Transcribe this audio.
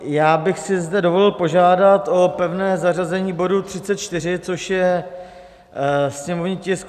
Já bych si zde dovolil požádat o pevné zařazení bodu 34, což je sněmovní tisk 374.